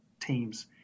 teams